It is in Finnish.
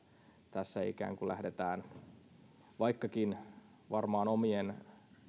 tässä lähdetään tuomaan pointteja vaikkakin varmaan omien